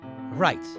Right